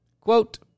Quote